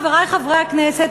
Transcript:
חברי חברי הכנסת,